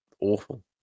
awful